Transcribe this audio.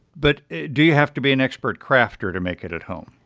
but do you have to be an expert crafter to make it at home?